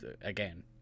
again